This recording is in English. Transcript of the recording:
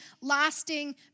lasting